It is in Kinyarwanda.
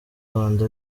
rwanda